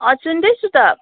अँ सुन्दैछु त